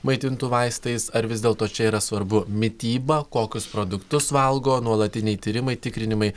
maitintų vaistais ar vis dėlto čia yra svarbu mityba kokius produktus valgo nuolatiniai tyrimai tikrinimai